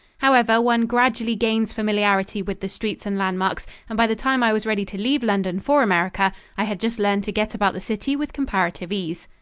however, one gradually gains familiarity with the streets and landmarks, and by the time i was ready to leave london for america, i had just learned to get about the city with comparative ease.